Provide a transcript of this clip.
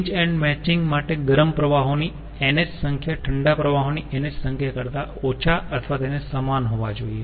pinch and matching માટે ગરમ પ્રવાહો ની NH સંખ્યા ઠંડા પ્રવાહોની NH સંખ્યા કરતા ઓછા અથવા તેને સમાન હોવા જોઈએ